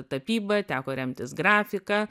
tapyba teko remtis grafika